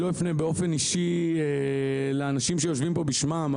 אני לא אפנה באופן אישי לאנשים שיושבים פה בשמם,